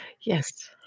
yes